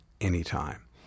anytime